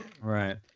Right